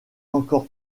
encore